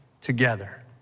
together